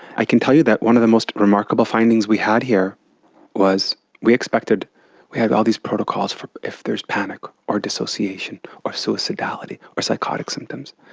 i can tell you that one of the most remarkable findings we had here was we expected to have all these protocols for if there is panic or dissociation or suicidality or psychotic symptoms,